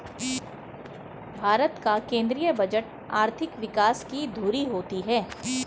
भारत का केंद्रीय बजट आर्थिक विकास की धूरी होती है